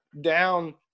down